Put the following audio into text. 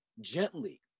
gently